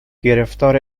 گرفتار